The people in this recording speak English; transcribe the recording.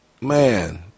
Man